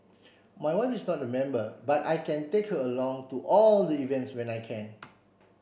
my wife is not a member but I take her along to all the events when I can